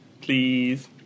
Please